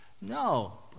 no